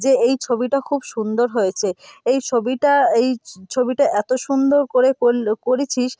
যে এই ছবিটা খুব সুন্দর হয়েছে এই ছবিটা এই ছবিটা এত সুন্দর করে কোল্লো করেছিস